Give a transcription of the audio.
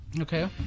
Okay